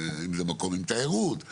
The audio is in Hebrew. אם זה מקום עם תיירות,